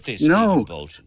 No